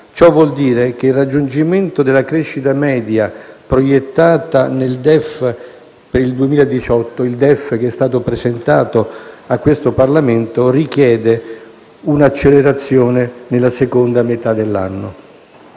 ciò vuol dire che il raggiungimento della crescita media proiettata nel DEF per il 2018 - il DEF che è stato presentato a questo Parlamento - richiede un'accelerazione nella seconda metà dell'anno.